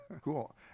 Cool